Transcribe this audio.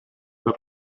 per